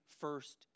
first